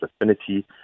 affinity